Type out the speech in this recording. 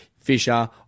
Fisher